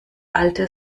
alte